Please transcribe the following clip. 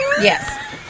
Yes